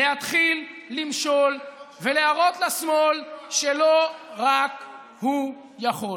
להתחיל למשול ולהראות לשמאל שלא רק הוא יכול.